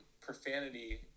profanity –